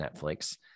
Netflix